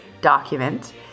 document